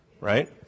right